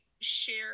share